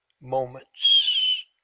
moments